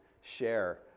share